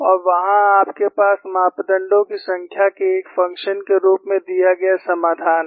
और वहां आपके पास मापदंडों की संख्या के एक फ़ंक्शन के रूप में दिया गया समाधान है